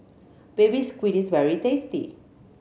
Baby Squid is very tasty